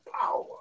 power